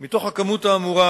בעקבות תלונות שהגיעו ללשכתי,